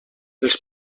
els